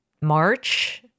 March